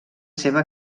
seva